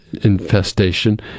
infestation